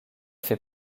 fait